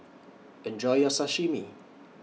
Enjoy your Sashimi